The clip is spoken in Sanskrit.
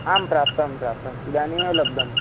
आं प्राप्तं प्राप्तम् इदानीमेव लब्धम्